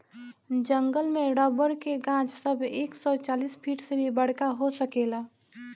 जंगल में रबर के गाछ सब एक सौ चालीस फिट से भी बड़का हो सकेला